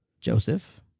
Joseph